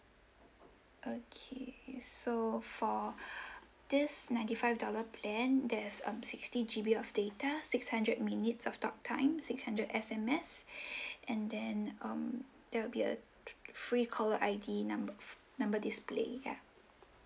okay so for this ninety five dollar plan there's um sixty G_B of data six hundred minutes of talk time six hundred S_M_S and then um there will be a f~ free caller I_D number number display ya